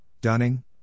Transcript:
Dunning